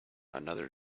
another